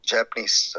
Japanese